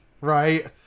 right